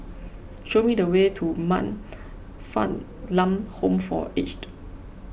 show me the way to Man Fatt Lam Home for Aged